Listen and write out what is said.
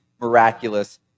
miraculous